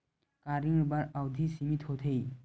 का ऋण बर अवधि सीमित होथे?